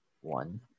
one